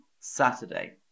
Saturday